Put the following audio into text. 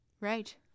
Right